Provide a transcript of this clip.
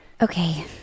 Okay